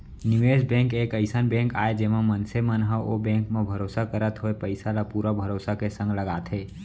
निवेस बेंक एक अइसन बेंक आय जेमा मनसे मन ह ओ बेंक म भरोसा करत होय पइसा ल पुरा भरोसा के संग लगाथे